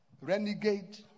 renegade